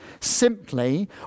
simply